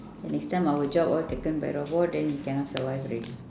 then next time our job all taken by robot then cannot survive already